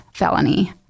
felony